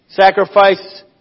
Sacrifice